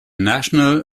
national